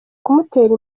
kumutera